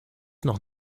noch